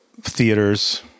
Theaters